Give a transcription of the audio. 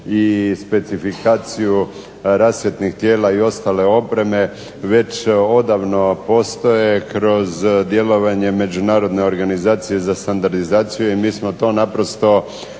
i specifikaciju rasvjetnih tijela i ostale opreme već odavno postoje kroz djelovanje međunarodne organizacije za standardizaciju i mi smo to naprosto